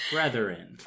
Brethren